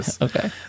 okay